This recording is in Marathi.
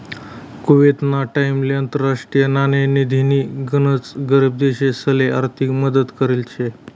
कुवेतना टाइमले आंतरराष्ट्रीय नाणेनिधीनी गनच गरीब देशसले आर्थिक मदत करेल शे